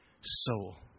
soul